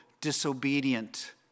disobedient